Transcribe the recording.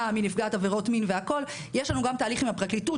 מנפגעת עבירות מין יש לנו גם תהליך גם עם הפרקליטות,